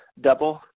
double